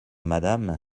madame